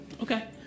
Okay